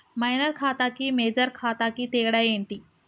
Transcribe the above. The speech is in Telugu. మైనర్ ఖాతా కి మేజర్ ఖాతా కి తేడా ఏంటి?